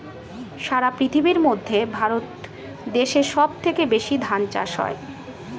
সারা পৃথিবীর মধ্যে ভারত দেশে সব থেকে বেশি ধান চাষ হয়